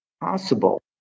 possible